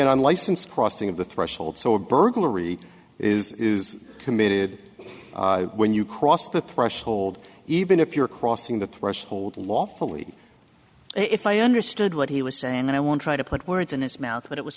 unlicensed crossing of the threshold so a burglary is committed when you cross the threshold even if you're crossing the threshold lawfully if i understood what he was saying and i want try to put words in his mouth but it was